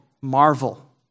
marvel